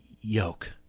yoke